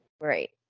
Right